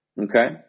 okay